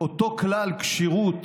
אותו כלל כשירות